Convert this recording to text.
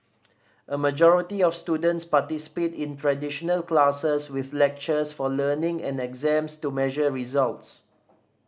a majority of students participate in traditional classes with lectures for learning and exams to measure results